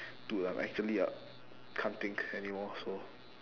dude I'm actually I can't think anymore so